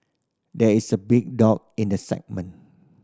there is a big dog in the segment